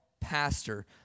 pastor